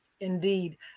Indeed